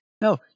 No